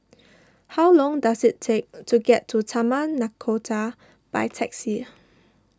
how long does it take to get to Taman Nakhoda by taxi